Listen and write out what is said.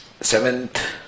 seventh